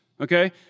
okay